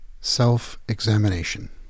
Self-examination